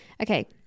okay